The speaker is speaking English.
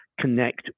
connect